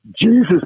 Jesus